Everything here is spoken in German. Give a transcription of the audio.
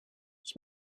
ich